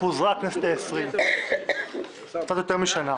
חבר הכנסת קרעי, אתה לא ברשות דיבור.